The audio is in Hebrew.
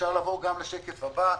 אפשר לעבור גם לשקף הבא,